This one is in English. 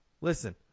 listen